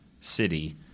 city